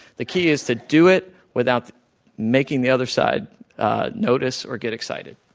the key is to do it without making the other side notice or get excited.